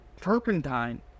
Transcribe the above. Turpentine